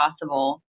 possible